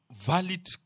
Valid